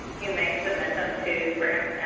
you may submit them to grants